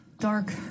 Dark